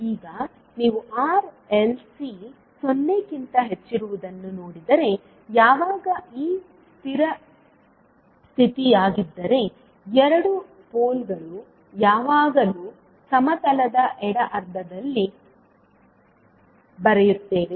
ಈಗ ನೀವು R L C 0 ಕ್ಕಿಂತ ಹೆಚ್ಚಿರುವುದನ್ನು ನೋಡಿದರೆ ಯಾವಾಗ ಈ ಸ್ಥಿತಿಯಾಗಿದ್ದರೆ 2 ಪೋಲ್ಗಳು ಯಾವಾಗಲೂ ಸಮತಲದ ಎಡ ಅರ್ಧದಲ್ಲಿ ಬರೆಯುತ್ತವೆ